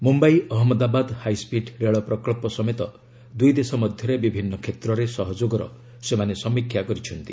Mumbai Ahmedabad high speed ରେଳ ପ୍ରକଳ୍ପ ସମେତ ଦୁଇ ଦେଶ ମଧ୍ୟରେ ବିଭିନ୍ନ କ୍ଷେତ୍ରରେ ସହଯୋଗର ସେମାନେ ସମୀକ୍ଷା କରିଛନ୍ତି